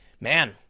Man